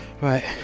Right